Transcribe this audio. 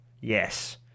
yes